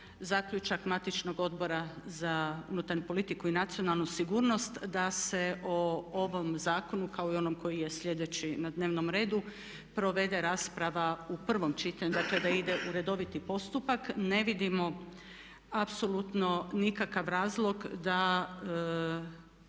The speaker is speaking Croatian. zaključak matičnog Odbora za unutarnju politiku i nacionalnu sigurno da se o ovom zakonu kao i onom koji je sljedeći na dnevnom redu provede rasprava u prvom čitanju, dakle da ide u redoviti postupak ne vidimo apsolutno nikakav razlog da